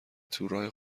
تو، راه